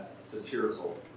satirical